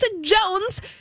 Jones